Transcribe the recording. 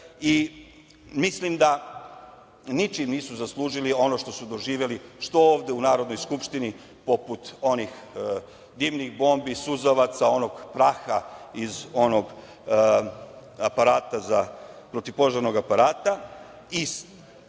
Mislim da ničim nisu zaslužili ono što su doživeli što ovde u Narodnoj skupštini, poput onih dimnih bombi, suzavaca, onog praha iz protivpožarnog aparata. Moram